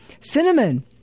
Cinnamon